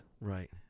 Right